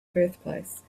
birthplace